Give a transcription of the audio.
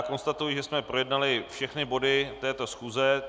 Konstatuji, že jsme projednali všechny body této schůze.